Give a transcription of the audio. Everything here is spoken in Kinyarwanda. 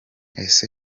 ese